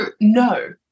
no